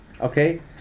Okay